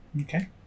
Okay